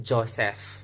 Joseph